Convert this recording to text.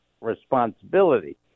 responsibility